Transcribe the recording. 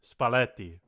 Spalletti